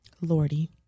Lordy